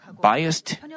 biased